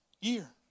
year